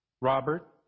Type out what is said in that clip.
Robert